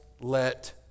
let